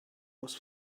was